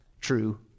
true